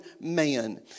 man